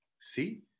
See